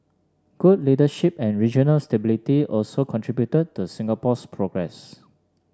good leadership and regional stability also contributed to Singapore's progress